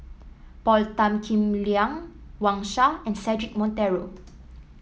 Paul Tan Kim Liang Wang Sha and Cedric Monteiro